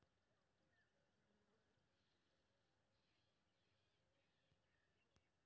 ऋण खाता के विवरण कते से मिल सकै ये?